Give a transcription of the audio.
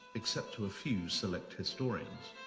except to a few select historians.